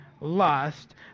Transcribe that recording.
lust